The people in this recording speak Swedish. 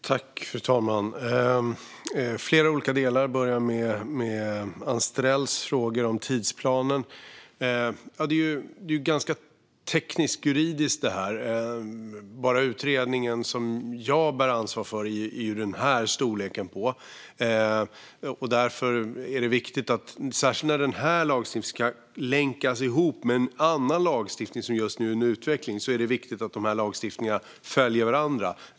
Fru talman! Det är flera olika delar. Jag börjar med Anstrells frågor om tidsplanen. Det här är ganska teknisk-juridiskt. Bara den utredning som jag bär ansvar för är uppemot en decimeter tjock. Eftersom denna lagstiftning ska länkas ihop med en annan lagstiftning som just nu är under utveckling är det viktigt att dessa lagstiftningar följer varandra.